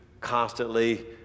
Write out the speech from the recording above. constantly